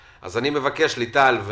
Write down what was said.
דיון,